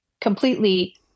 completely